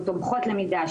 של תומכות למידה,